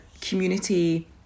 community